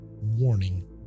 warning